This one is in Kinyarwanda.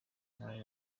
inama